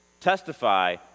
testify